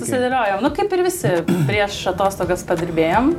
sudėliojam nu kaip ir visi prieš atostogas padirbėjam